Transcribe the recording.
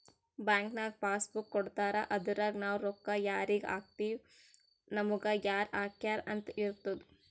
bank ನಾಗ್ passbook ಕೊಡ್ತಾರ ಅದುರಗೆ ನಾವ್ ರೊಕ್ಕಾ ಯಾರಿಗ ಹಾಕಿವ್ ನಮುಗ ಯಾರ್ ಹಾಕ್ಯಾರ್ ಅಂತ್ ಇರ್ತುದ್